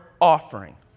offering